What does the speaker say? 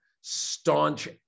staunch